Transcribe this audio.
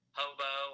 hobo